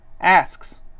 Asks